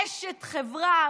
אשת חברה,